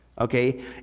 Okay